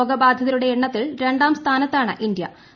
രോഗബാധിതരുടെ എണ്ണത്തിൽ രണ്ടാം സ്ഥാനത്താണ് ഇന്തൃ